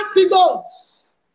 Antidotes